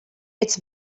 its